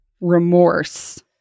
remorse